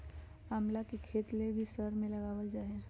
आमला के तेल भी सर में लगावल जा हई